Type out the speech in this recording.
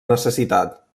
necessitat